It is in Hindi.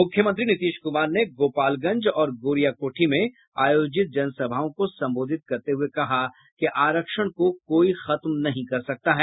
मुख्यमंत्री नीतीश कुमार ने गोपालगंज और गौरेयाकोठी में आयोजित जनसभाओं को संबोधित करते हुए कहा कि आरक्षण को कोई खत्म नहीं कर सकता है